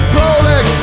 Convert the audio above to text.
Prolex